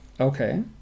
Okay